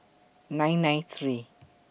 nine nine three